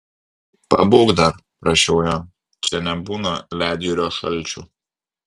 pabūk dar prašiau jo čia nebūna ledjūrio šalčių